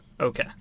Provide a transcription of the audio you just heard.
Okay